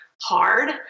hard